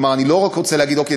כלומר אני לא רק רוצה להגיד: אוקיי,